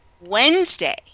Wednesday